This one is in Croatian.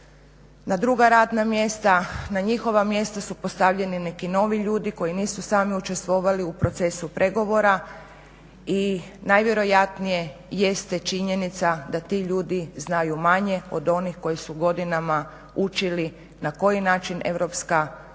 na druga radna mjesta, na njihova mjesta su postavljeni neki novi ljudi koji nisu sami učestvovali u procesu pregovora i najvjerojatnije jeste činjenica da ti ljudi znaju manje od onih koji su godinama učili na koji način EU funkcionira